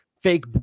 Fake